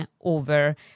over